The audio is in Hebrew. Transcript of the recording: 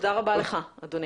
תודה רבה לך, אדוני.